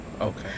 Okay